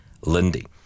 Lindy